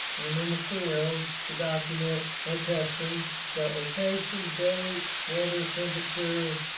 when i'm in the field, to document, my testing. it's got location, date, weather, temperature,